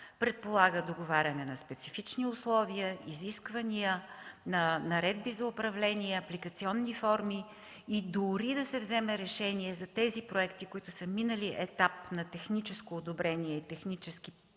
предполага договаряне на специфични условия, изисквания, на наредби за управление, апликационни форми и дори да се вземе решение за проектите, които са минали етап на техническо одобрение и технически